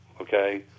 Okay